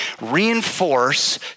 reinforce